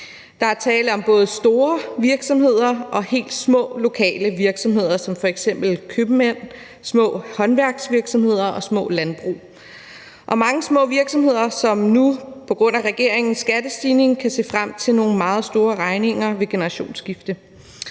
Der er tale om både store virksomheder og helt små, lokale virksomheder som f.eks. købmænd, små håndværksvirksomheder og små landbrug og mange andre små virksomheder, som nu på grund af regeringens skattestigning kan se frem til nogle meget store regninger ved generationsskifte,